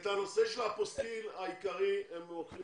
את הנושא של האפוסטיל הם הולכים